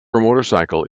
motorcycle